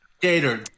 Gator